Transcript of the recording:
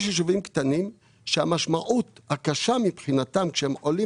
יש ישובים קטנים שהמשמעות הקשה מבחינתם כשהם עולים